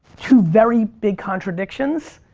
two very big contradictions,